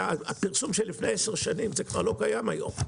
הפרסום שלפני עשר שנים כבר לא קיים היום.